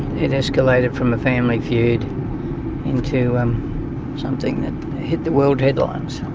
it escalated from a family feud into something that hit the world headlines.